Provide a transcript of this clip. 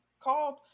called